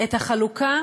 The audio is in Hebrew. את החלוקה